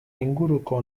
inguruko